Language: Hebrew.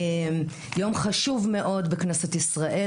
יום חשוב מאוד בכנסת ישראל,